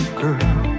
girl